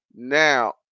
Now